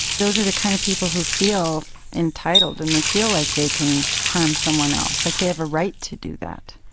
those are the kind of people who feel entitled and they feel like they can harm someone else, like they have a right to do that.